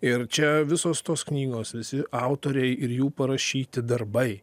ir čia visos tos knygos visi autoriai ir jų parašyti darbai